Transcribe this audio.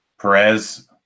Perez